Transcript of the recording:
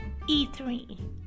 E3